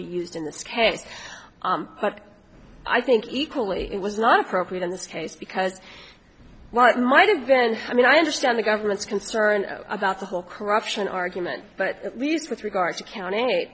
be used in this case but i think equally it was not appropriate in this case because what might have then i mean i understand the government's concern about the whole corruption argument but at least with regard to count